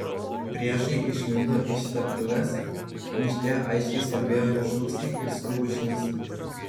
priešai išlindo iš slėptuvės miške aiškiai skambėjo jų šūksniai ir skubūs žingsniai